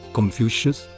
Confucius